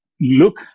look